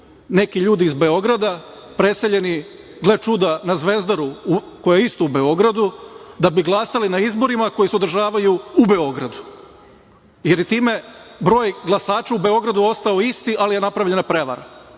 neki ljudi iz Beograda preseljeni, gle čuda, na Zvezdaru, koja je isto u Beogradu, da bi glasali na izborima koji se održavaju u Beogradu, jer je time broj glasača u Beogradu ostao isti ali je napravljena prevara.